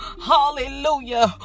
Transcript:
Hallelujah